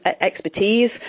expertise